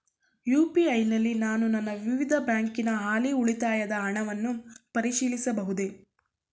UPI ನಲ್ಲಿ ನಾನು ನನ್ನ ವಿವಿಧ ಬ್ಯಾಂಕಿನ ಹಾಲಿ ಉಳಿತಾಯದ ಹಣವನ್ನು ಪರಿಶೀಲಿಸಬಹುದೇ?